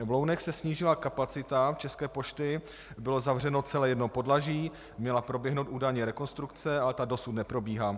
V Lounech se snížila kapacita České pošty, bylo zavřeno celé jedno podlaží, měla proběhnout údajně rekonstrukce, ale ta dosud neprobíhá.